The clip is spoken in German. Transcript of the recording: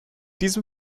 diesem